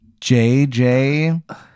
jj